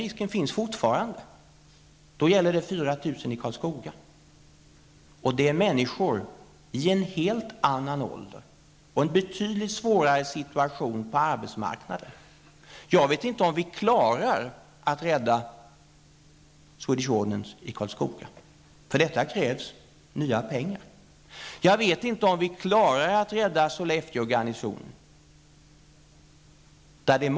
Det gäller 4 000 människor i Karlskoga, och det är människor i en helt annan ålder och betydligt svårare situation på arbetsmarknaden än de värnpliktiga som nu drabbats. Risken finns fortfarande kvar, och jag vet inte om vi klarar att rädda Swedish Ordnance i Karlskoga. För det krävs nya pengar. Jag vet inte heller om vi klarar att rädda garnisonen i Sollefteå.